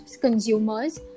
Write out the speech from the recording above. consumers